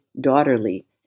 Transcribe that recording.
daughterly